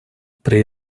при